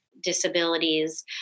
disabilities